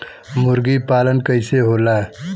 मुर्गी पालन कैसे होला?